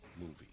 movie